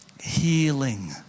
healing